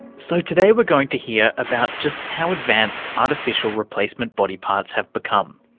so today we're going to hear about just how advanced artificial replacement body parts have become,